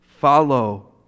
follow